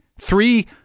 Three